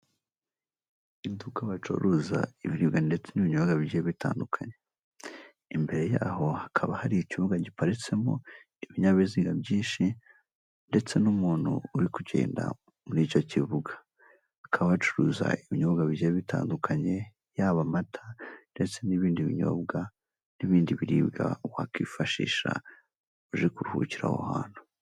Iduka bacuruza ibiribwa ndetse n'ibinyobwa bigiye bitandukanye. Imbere yaho hakaba hari ikibuga giparitsemo ibinyabiziga byinshi, ndetse n'umuntu uri kugenda muri icyo kibuga; akaba acuruza ibinyobwa bigiye bitandukanye: yaba amata, ndetse n'ibindi binyobwa, n'ibindi biribwa wakwifashisha uje kuruhukira aho hantu.